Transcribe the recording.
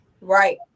Right